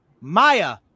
Maya